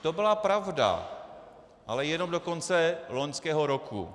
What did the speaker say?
To byla pravda, ale jenom do konce loňského roku.